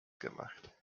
gemacht